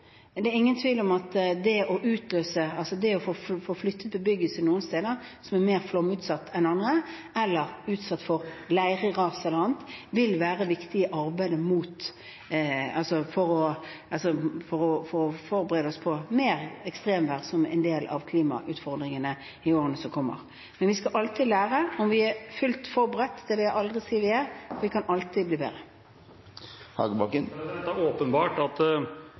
det er ingen tvil om at det å få flyttet bebyggelsen noen steder som er mer flomutsatt enn andre – eller utsatt for leirras eller annet – vil være viktig i arbeidet for å forberede oss på mer ekstremvær, som en del av klimautfordringene, i årene som kommer. Men vi skal alltid lære. Om vi er fullt forberedt – det vil jeg aldri si vi er. Vi kan alltid bli bedre. Det er åpenbart, med tanke på flommen i 2013, at